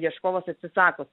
ieškovas atsisako